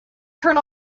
turn